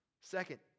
Second